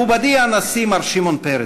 מכובדי הנשיא מר שמעון פרס.